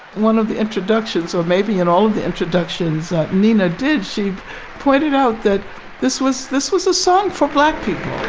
one of the introductions or maybe in all the introductions nina did, she pointed out that this was this was a song for black people, for